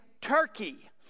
Turkey